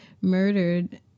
murdered